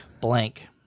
blank